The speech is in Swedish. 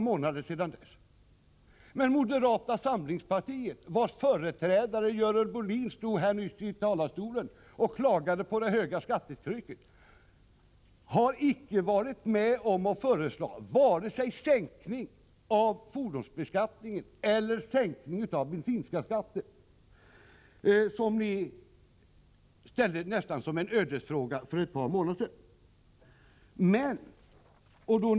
Men moderata samlingspartiet, vars företrädare Görel Bohlin nyss stod i talarstolen och klagade på det höga skattetrycket, har icke varit med om att föreslå en sänkning av vare sig fordonsbeskattningen eller bensinskatten. Ändå framställde ni bara för ett par månader sedan detta som en ödesfråga.